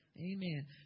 amen